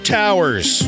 towers